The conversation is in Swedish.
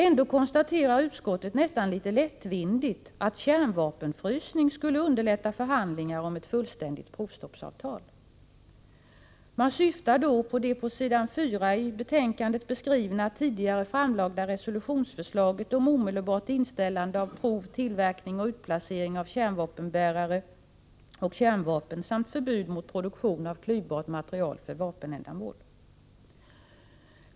Ändå konstaterar utskottet, nästan litet lättvindigt, att kärnvapenfrysning skulle underlätta förhandlingar om ett fullständigt provstoppsavtal. Man syftar då på det på s. 4 i betänkandet beskrivna tidigare framlagda resolutionsförslaget om omedelbart inställande av prov, tillverkning och utplacering av kärnvapenbärare och kärnvapen samt förbud mot produktion av klyvbart material för vapenändamål.